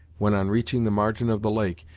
when on reaching the margin of the lake,